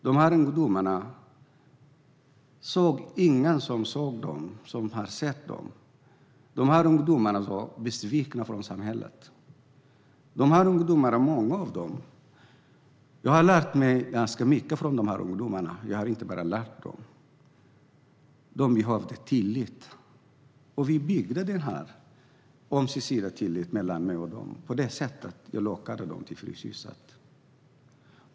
De här ungdomarna såg ingen som såg dem, ingen som hade sett dem. Många av ungdomarna var besvikna på samhället. Jag har lärt mig ganska mycket av de här ungdomarna - jag har inte bara lärt dem. De vill ha tillit. Vi byggde den ömsesidiga tilliten mellan mig och dem på det sätt jag lockade dem till Fryshuset.